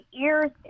ears